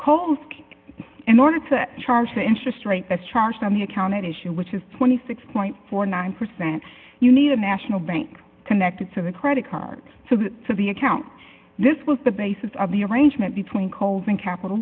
rate in order to charge the interest rate that's charged on the account at issue which is twenty six point four nine percent you need a national bank connected to the credit card so to the account this was the basis of the arrangement between colvin capital